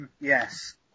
Yes